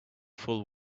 full